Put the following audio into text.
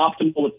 optimal